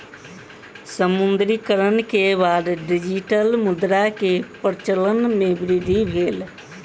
विमुद्रीकरण के बाद डिजिटल मुद्रा के प्रचलन मे वृद्धि भेल